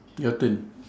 your turn